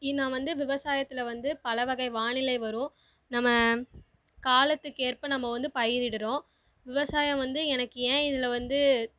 நான் வந்து விவசாயத்தில் வந்து பல வகை வானிலை வரும் நம்ம காலத்துக்கேற்ப நம்ம வந்து பயிரிடுகிறோம் விவசாயம் வந்து எனக்கு ஏன் இதில் வந்து